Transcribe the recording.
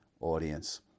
audience